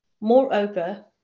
Moreover